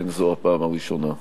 אין זו הפעם הראשונה.